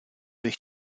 durch